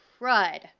crud